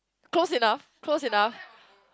close enough close enough